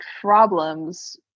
problems